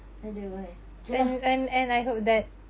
aduhai okay lah